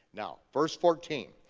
now, verse fourteen,